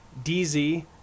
DZ